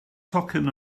tocyn